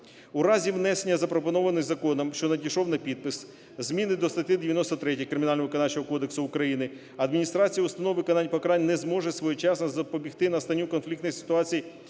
У разі внесення запропонованої законом, що надійшов на підпис, зміни до статті 93 Кримінально-виконавчого кодексу України адміністрація установи виконання покарань не зможе своєчасно запобігти настанню конфліктної ситуації